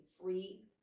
free